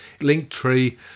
link.tree